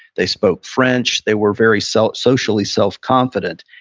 they spoke french, they were very so socially self-confident.